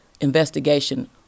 investigation